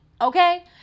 okay